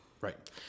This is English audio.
Right